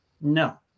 no